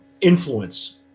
influence